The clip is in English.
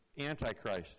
Antichrist